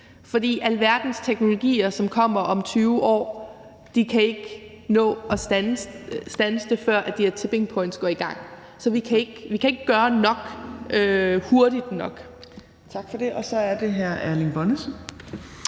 fordi alverdens teknologier, som kommer om 20 år, ikke kan nå at standse det, før de her tipping points går i gang. Så vi kan ikke gøre nok hurtigt nok. Kl. 11:48 Fjerde næstformand (Trine